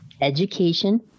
education